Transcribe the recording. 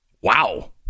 Wow